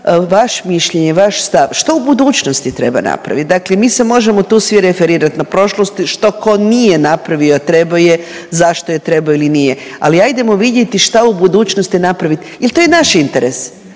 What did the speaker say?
vaše mišljenje, vaš stav što u budućnosti treba napraviti. Dakle, mi se možemo svi tu referirati na prošlost, što tko nije napravio a trebao je, zašto je trebao ili nije, ali vidjeti šta u budućnosti napravit jel to je naš interes.